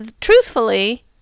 truthfully